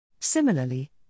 Similarly